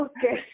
Okay